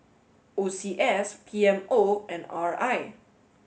O C S P M O and R I